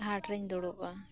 ᱦᱟᱴ ᱨᱮᱧ ᱫᱩᱲᱩᱵᱼᱟ